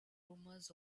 rumors